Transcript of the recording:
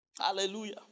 Hallelujah